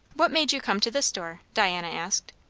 what made you come to this door? diana asked.